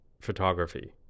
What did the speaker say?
photography